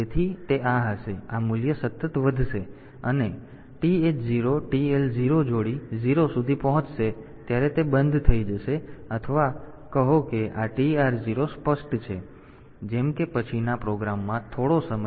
તેથી તે આ હશે અને આ મૂલ્ય સતત વધશે અને જ્યારે આ TH 0 TL 0 જોડી 0 સુધી પહોંચશે ત્યારે તે બંધ થઈ જશે અથવા કહો કે આ TR 0 સ્પષ્ટ છે જેમ કે પછીના પ્રોગ્રામમાં થોડો સમય